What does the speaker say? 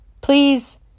please